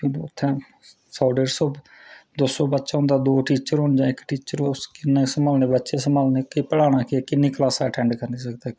फिर उत्थैं सौ दो सौ दो सौ बच्चां होंदा ते दो टीचर कियां बच्चे सम्भालने क्लासां कियां लानियां